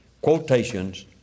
quotations